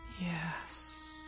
Yes